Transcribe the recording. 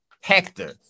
Hector